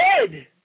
dead